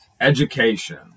education